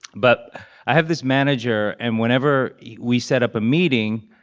but i have this manager. and whenever we set up a meeting,